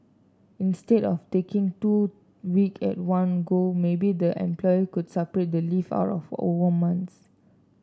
instead of taking two week at one go maybe the employee could spread the leave out over months